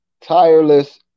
tireless